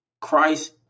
Christ